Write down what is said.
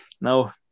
no